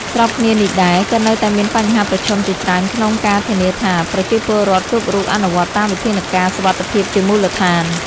ស្របគ្នានេះដែរ ក៏នៅតែមានបញ្ហាប្រឈមជាច្រើនក្នុងការធានាថា ប្រជាពលរដ្ឋគ្រប់រូបអនុវត្តតាមវិធានការសុវត្ថិភាពជាមូលដ្ឋាន។